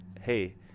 hey